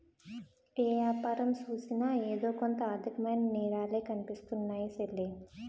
ఏ యాపారం సూసినా ఎదో కొంత ఆర్దికమైన నేరాలే కనిపిస్తున్నాయ్ సెల్లీ